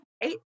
eight